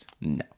No